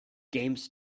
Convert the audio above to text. games